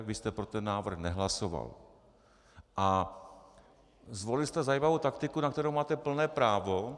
Vy jste pro ten návrh nehlasoval a zvolil jste zajímavou taktiku, na kterou máte plné právo.